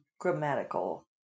grammatical